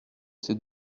ces